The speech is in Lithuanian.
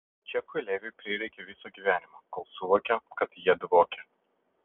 džekui leviui prireikė viso gyvenimo kol suvokė kad jie dvokia